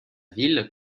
ville